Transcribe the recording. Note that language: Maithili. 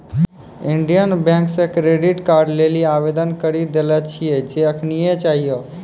इन्डियन बैंक से क्रेडिट कार्ड लेली आवेदन करी देले छिए जे एखनीये चाहियो